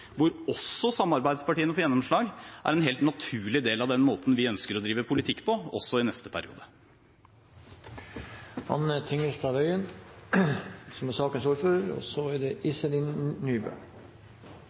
hvor også samarbeidspartiene får gjennomslag, er en helt naturlig del av den måten vi ønsker å drive politikk på, også i neste periode. Jeg tenkte jeg skulle ta en oppsummering nå til slutt, men representanten Nybø har tegnet seg. Det